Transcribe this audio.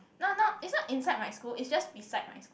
no not inside inside my school it's just beside my school